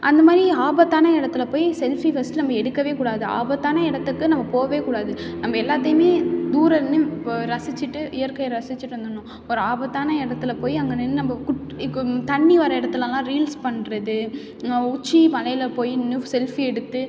அந்த மாதிரி ஆபத்தான இடத்துல போய் செல்ஃபி ஃபஸ்ட்டு நம்ம எடுக்கவே கூடாது ஆபத்தான இடத்துக்கு நம்ம போகவே கூடாது நம்ம எல்லாத்தையுமே தூரம் நின்று இப்போது ரசிச்சுட்டு இயற்கையை ரசிச்சுட்டு வந்துடணும் ஒரு ஆபத்தான இடத்துல போய் அங்கே நின்று நம்ம குட் தண்ணி வர இடத்துலலாம் ரீல்ஸ் பண்ணுறது உச்சி மலையில் போய் நின்று செல்ஃபி எடுத்து